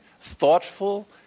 thoughtful